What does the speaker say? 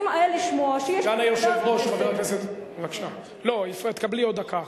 הוא אמר שהוא מוכן לקפוץ, תודה רבה.